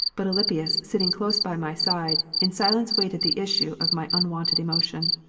but alypius sitting close by my side, in silence waited the issue of my unwonted emotion.